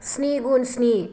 स्नि गुन स्नि